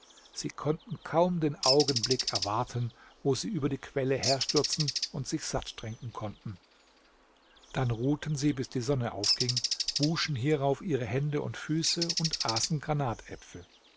sie konnten kaum den augenblick erwarten wo sie über die quelle herstürzen und sich satt trinken konnten dann ruhten sie bis die sonne aufging wuschen hierauf ihre hände und füße und aßen granatäpfel